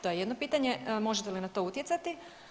To je jedno pitanje, možete li na to utjecati?